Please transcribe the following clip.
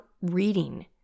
reading